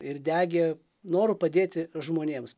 ir degė noru padėti žmonėms